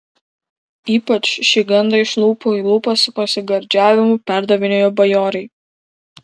ypač šį gandą iš lūpų į lūpas su pasigardžiavimu perdavinėjo bajorai